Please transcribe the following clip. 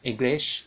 english